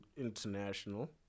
international